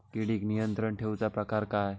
किडिक नियंत्रण ठेवुचा प्रकार काय?